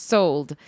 Sold